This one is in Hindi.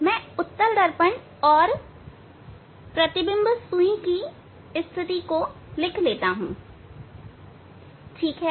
मैं उत्तल दर्पण और प्रतिबिंब सुई की स्थिति को लिख लेता हूं ठीक है